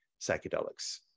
psychedelics